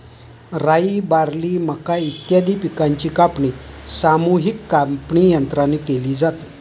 राई, बार्ली, मका इत्यादी पिकांची कापणी सामूहिक कापणीयंत्राने केली जाते